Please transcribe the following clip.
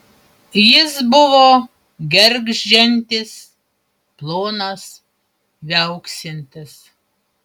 jis buvo gergždžiantis plonas viauksintis